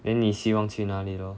then 你希望去哪里 lor